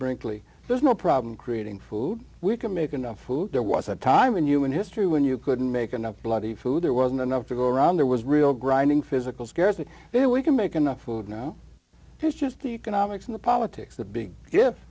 brinkley there's no problem creating food we can make enough food there was a time in human history when you couldn't make enough bloody food there wasn't enough to go around there was real grinding physical scarcity there we can make enough food now there's just the economics and the politics the big gift